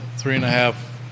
three-and-a-half